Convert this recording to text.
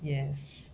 yes